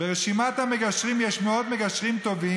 "ברשימת המגשרים יש מאות מגשרים טובים,